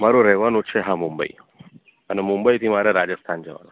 મારું રહેવાનું છે હા મુંબઈ અને મુંબઈથી મારે રાજસ્થાન જવાનું છે